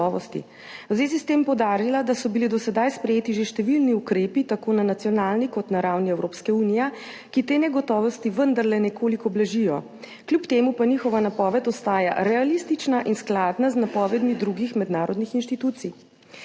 V zvezi s tem je poudarila, da so bili do sedaj sprejeti že številni ukrepi tako na nacionalni kot na ravni Evropske unije, ki te negotovosti vendarle nekoliko blažijo. Kljub temu pa njihova napoved ostaja realistična in skladna z napovedmi drugih mednarodnih institucij.